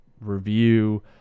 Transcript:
review